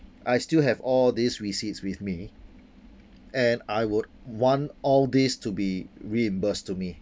I still have all these receipts with me and I would want all these to be reimbursed to me